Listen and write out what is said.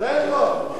במזנון תשיב לו.